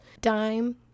dime